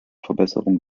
verbesserung